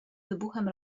wybuchem